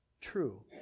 true